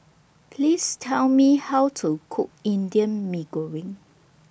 Please Tell Me How to Cook Indian Mee Goreng